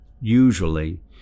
Usually